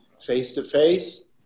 Face-to-face